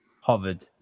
hovered